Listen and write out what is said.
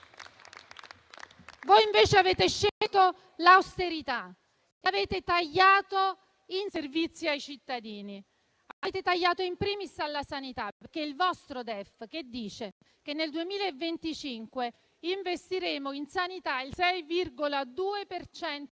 Voi invece avete scelto l'austerità e avete tagliato i servizi ai cittadini. Avete tagliato *in primis* alla sanità: infatti, in base al vostro DEF, nel 2025 investiremo in sanità il 6,2